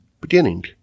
beginning